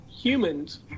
humans